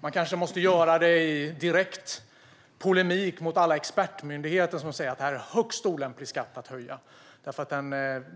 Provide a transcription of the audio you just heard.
Man kanske måste göra det i direkt polemik mot alla expertmyndigheter som säger att detta är en högst olämplig skatt att höja därför att